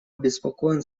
обеспокоен